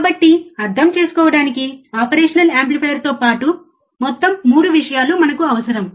కాబట్టి అర్థం చేసుకోవడానికి ఆపరేషనల్ యాంప్లిఫైయర్తో పాటు మొత్తం 3 విషయాలు మనకు అవసరం